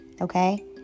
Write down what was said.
okay